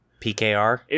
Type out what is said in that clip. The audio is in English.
PKR